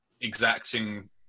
exacting